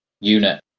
unit